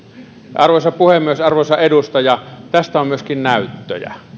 arvoisa puhemies arvoisa edustaja tästä on myöskin näyttöjä